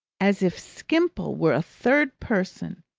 as if skimpole were a third person,